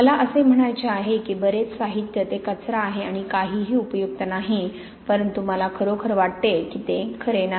मला असे म्हणायचे आहे की बरेच साहित्य ते कचरा आहे आणि काहीही उपयुक्त नाही परंतु मला खरोखर वाटते की ते खरे नाही